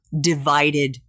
divided